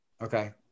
Okay